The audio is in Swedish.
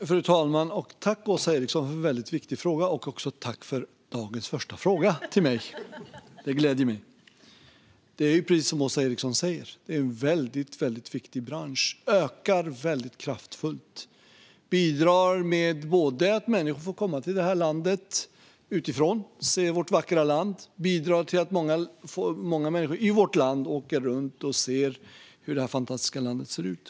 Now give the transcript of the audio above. Fru talman! Jag tackar Åsa Eriksson för en väldigt viktig fråga. Det är dessutom dagens första fråga till mig, så den gläder mig. Det är precis som Åsa Eriksson säger. Detta är en väldigt viktig bransch som ökar mycket kraftfullt. Den bidrar till att människor får komma utifrån och se vårt vackra land. Den bidrar till att många människor i vårt land åker runt och ser hur det här fantastiska landet ser ut.